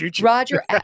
roger